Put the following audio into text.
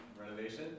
Renovation